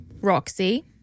Roxy